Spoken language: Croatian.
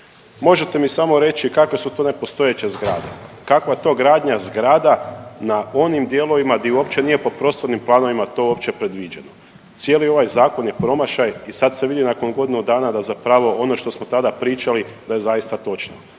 Možete mi samo reći kakve su to nepostojeće zgrade, kakva je to gradnja zgrada na onim dijelovima gdje uopće nije po prostornim planovima to uopće predviđeno? Cijeli ovaj zakon je promašaj i sad se vidi nakon godinu dana da zapravo ono što smo tada pričali da je zaista točno.